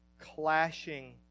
clashing